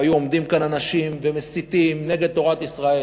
והיו עומדים כאן אנשים ומסיתים נגד תורת ישראל,